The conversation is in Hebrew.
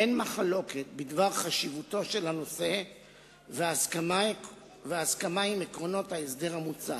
אין מחלוקת בדבר חשיבותו של הנושא וההסכמה עם עקרונות ההסדר המוצע.